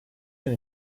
gün